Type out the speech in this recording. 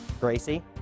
Gracie